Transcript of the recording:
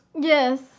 Yes